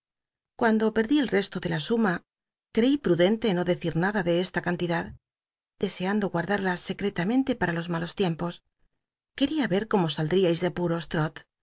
cuando perdí el rcsto de la sunw creí p'udcntc no decir nada de esta cantidad deseando guarda rla secrctamente para los malos tiempos quería yer cómo s lld iais de apuros trot